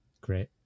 Great